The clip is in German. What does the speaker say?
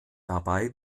dabei